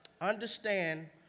Understand